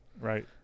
Right